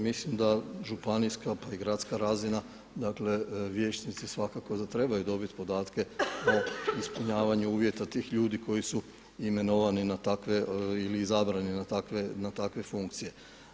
Mislim da županijska, pa i gradska razina, dakle vijećnici svakako da trebaju dobit podatke o ispunjavanju uvjeta tih ljudi koji su imenovani na takve ili izabrani na takve funkcije.